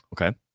Okay